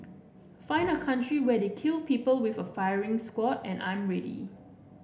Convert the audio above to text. find a country where they kill people with a firing squad and I'm ready